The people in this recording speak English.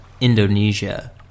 Indonesia